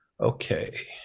okay